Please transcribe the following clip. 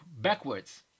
backwards